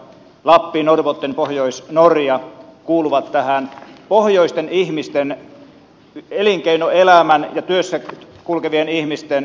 lappi norrbotten ja pohjois norja kuuluvat tähän pohjoisten ihmisten elinkeinoelämän ja työssä kulkevien ihmisten alueeseen